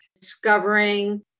discovering